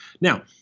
now